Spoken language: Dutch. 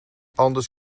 anders